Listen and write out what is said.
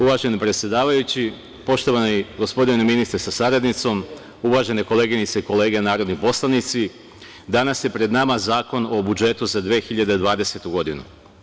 Uvaženi predsedavajući, poštovani gospodine ministre sa saradnicom, uvažene koleginice i kolege narodni poslanici, danas je pred nama Zakon o budžetu za 2020. godinu.